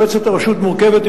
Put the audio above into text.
מועצת הרשות מורכבת,